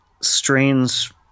strains